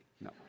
No